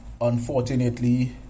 Unfortunately